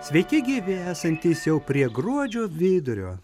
sveiki gyvi esantys jau prie gruodžio vidurio